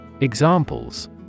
Examples